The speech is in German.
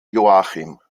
joachim